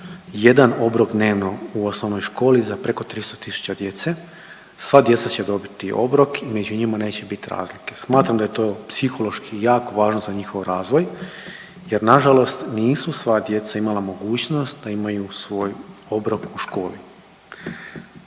jedan obrok dnevno u osnovnoj školi za preko 300 tisuća djece, sva djeca će dobiti obrok i među njima neće bit razlike. Smatram da je to psihološki jako važno za njihov razvoj jer nažalost nisu sva djeca imala mogućnost da imaju svoj obrok u školi.